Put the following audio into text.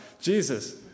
Jesus